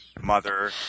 mother